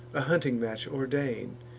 a hunting match ordain,